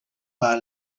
para